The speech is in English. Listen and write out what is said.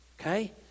okay